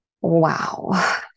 wow